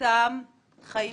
אותם חיים